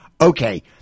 okay